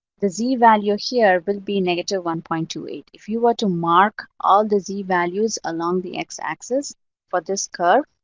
the z-value here will be negative one point two eight. if you were to mark all the z-values along the x-axis for this curve,